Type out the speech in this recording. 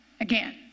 again